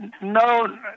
no